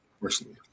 personally